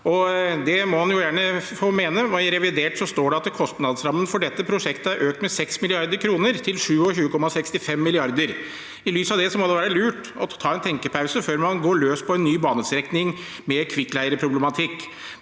det må han jo gjerne få ønske. I revidert budsjett står det at kostnadsrammen for dette veiprosjektet er økt med 6 mrd. kr til 27,65 mrd. kr. I lys av det må det være lurt å ta en tenkepause før man går løs på en ny banestrekning med kvikkleireproblematikk.